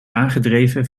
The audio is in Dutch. aangedreven